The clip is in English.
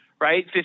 right